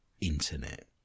internet